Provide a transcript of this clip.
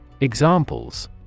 Examples